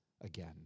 again